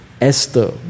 Esther